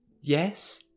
Yes